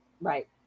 Right